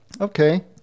Okay